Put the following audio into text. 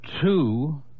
two